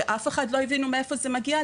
שאף אחד לא הבין מאיפה זה הגיע,